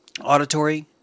Auditory